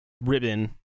ribbon